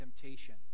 temptation